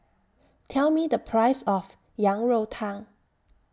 Tell Me The Price of Yang Rou Tang